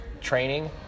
training